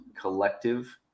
Collective